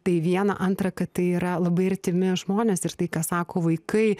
tai vieną antrą kad tai yra labai artimi žmonės ir tai ką sako vaikai